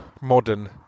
modern